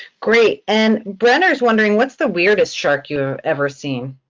great, and brenner's wondering, what's the weirdest shark you've ever seen?